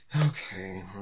okay